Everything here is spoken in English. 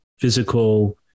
physical